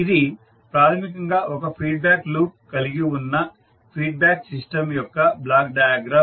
ఇది ప్రాథమికంగా ఒక ఫీడ్ బ్యాక్ లూప్ కలిగి ఉన్న ఫీడ్ బ్యాక్ సిస్టం యొక్క బ్లాక్ డయాగ్రమ్